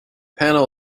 panel